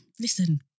listen